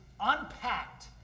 unpacked